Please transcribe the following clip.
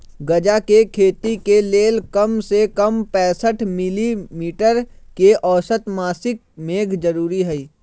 गजा के खेती के लेल कम से कम पैंसठ मिली मीटर के औसत मासिक मेघ जरूरी हई